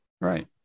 Right